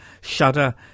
Shudder